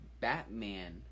Batman